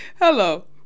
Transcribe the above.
Hello